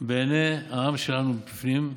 בעיני העם שלנו בפנים,